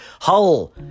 Hull